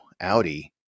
Audi